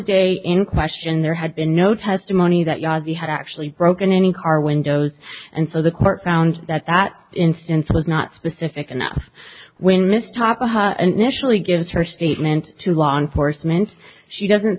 day in question there had been no testimony that yasi had actually broken any car windows and so the court found that that instances not specific enough when miss top initially gives her statement to law enforcement she doesn't